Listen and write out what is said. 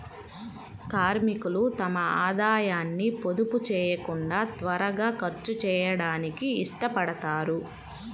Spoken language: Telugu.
కార్మికులు తమ ఆదాయాన్ని పొదుపు చేయకుండా త్వరగా ఖర్చు చేయడానికి ఇష్టపడతారు